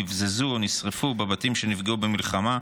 נבזזו או נשרפו בבתים שנפגעו במלחמה,